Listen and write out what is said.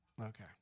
Okay